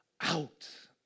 out